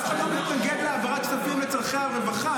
אף אחד לא מתנגד להעברת כספים לצרכי הרווחה.